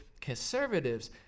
conservatives